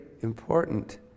important